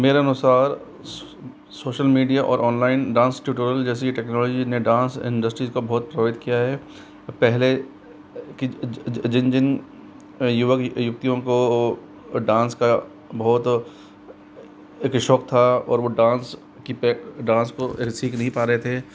मेरे अनुसार social media और ऑनलाइन डांस ट्यूटोरियल जैसी टेक्नोलॉजी ने डांस इंडस्ट्रीज को बहुत प्रभावित किया है पहले की जिन जिन युवक युवतियों को डांस का बहुत एक शौक़ था और वह डांस की डांस को सीख नहीं पा रहे थें